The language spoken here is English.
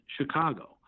Chicago